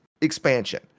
expansion